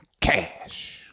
Cash